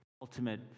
ultimate